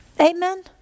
Amen